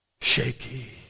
shaky